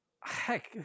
heck